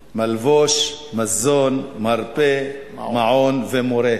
מלבוש, מזון, מרפא, מעון ומורה.